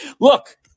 Look